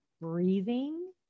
breathing